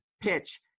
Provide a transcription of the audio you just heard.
PITCH